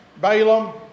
Balaam